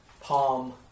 Palm